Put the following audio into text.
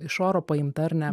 iš oro paimta ar ne